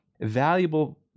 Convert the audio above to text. valuable